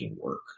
work